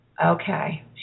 okay